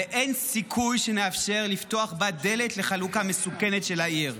ואין סיכוי שנאפשר לפתוח בה דלת לחלוקה מסוכנת של העיר.